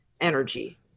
energy